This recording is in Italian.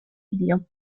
figlio